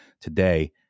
today